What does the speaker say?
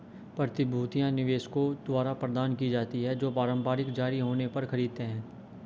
प्रतिभूतियां निवेशकों द्वारा प्रदान की जाती हैं जो प्रारंभिक जारी होने पर खरीदते हैं